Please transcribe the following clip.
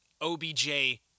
OBJ